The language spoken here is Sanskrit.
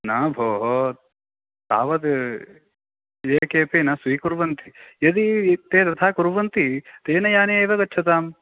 न भोः तावद् एकेपि न स्वीकुर्वन्ति यदि ते तथा कुर्वन्ति तेन याने एव गच्छतां